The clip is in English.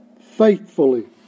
faithfully